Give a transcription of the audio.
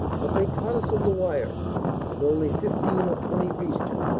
but they caught us on the wire and only fifteen or twenty reached it.